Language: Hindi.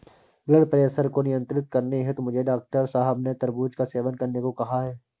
ब्लड प्रेशर को नियंत्रित करने हेतु मुझे डॉक्टर साहब ने तरबूज का सेवन करने को कहा है